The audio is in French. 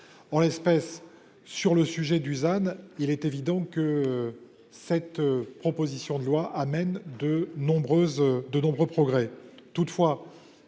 En l'espèce sur le sujet Dusan. Il est évident que. Cette proposition de loi amène de nombreuses,